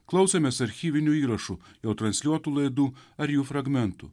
klausomės archyvinių įrašų jau transliuotų laidų ar jų fragmentų